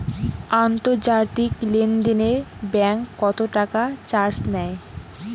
আন্তর্জাতিক লেনদেনে ব্যাংক কত টাকা চার্জ নেয়?